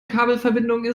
kabelverbindungen